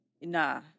nah